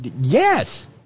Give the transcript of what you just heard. yes